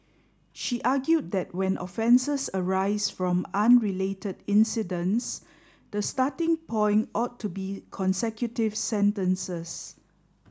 she argued that when offences arise from unrelated incidents the starting point ought to be consecutive sentences